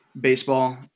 Baseball